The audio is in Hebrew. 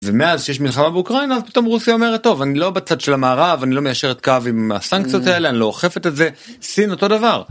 ומאז שיש מלחמה באוקראינה פתאום רוסיה אומרת טוב אני לא בצד של המערב אני לא מיישרת קו עם הסנקציות האלה, אני לא אוכפת את זה. סין אותו דבר.